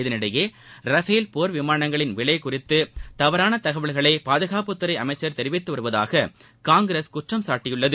இதனிடையே ரஃபேல் போர் விமானங்களின் விலை குறித்து தவறான தகவல்களை பாதகாப்புத்துறை அமைச்சர் தெரிவித்து வருவதாக காங்கிரஸ் குற்றம் சாட்டியுள்ளது